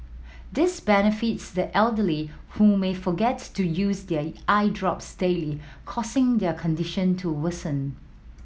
this benefits the elderly who may forget to use their eye drops daily causing their condition to worsen